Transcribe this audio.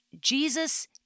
Jesus